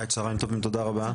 צוהריים טובים תודה רבה,